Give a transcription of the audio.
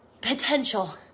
potential